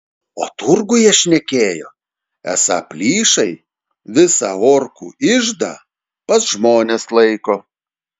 o turguje šnekėjo esą plyšai visą orkų iždą pas žmones laiko